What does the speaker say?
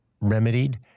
remedied